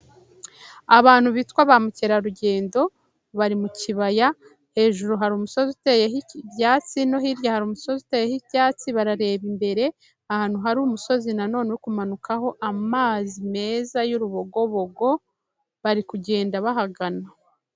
Abantu bitwa bamukerarugendo bari mu kibaya, hejuru hari umusozi uteyeho ibyatsi no hirya hari umusozi uteyeho ibyatsi, barareba imbere ahantu hari umusozi na none uri kumanukaho amazi meza y'urubogobogo, bari kugenda bahagana.